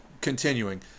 continuing